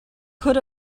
could